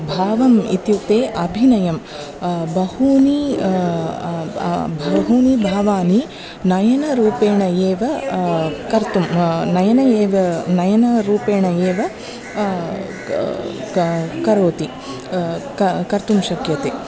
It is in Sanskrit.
भावम् इत्युक्ते अभिनयं बहूनि बहूनि भावानि नयनरूपेण एव कर्तुं नयनम् एव नयनरूपेण एव क क करोति क कर्तुं शक्यते